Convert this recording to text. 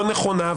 לא נכונה,